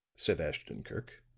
said ashton-kirk.